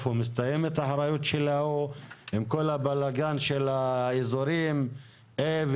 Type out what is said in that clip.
איפה מסתיימת האחריות של ההוא וכל הבלגן של האזורים A,